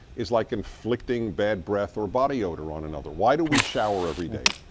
is like inflicting bad breath or body odor on another. why do we shower every day?